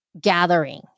gathering